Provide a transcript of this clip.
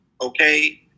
okay